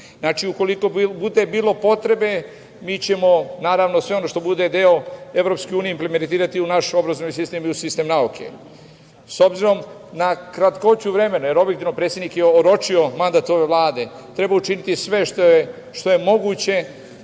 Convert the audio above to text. godine. Znači, ukoliko bude potrebe mi ćemo, naravno, sve ono što bude deo EU, implementirati u naš obrazovani sistem i u sistem nauke. S obzirom na kratkoću vremena, jer objektivno, predsednik je oročio mandat ove vlade, treba učiniti sve što je moguće